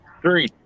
Three